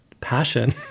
passion